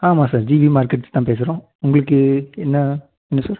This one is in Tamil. ஆமாம் சார் ஜி வி மார்க்கெட்ஸ் தான் பேசுகிறோம் உங்களுக்கு என்ன வேணும் சார்